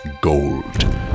gold